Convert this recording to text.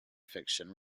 fiction